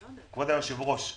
כבוד היושב-ראש,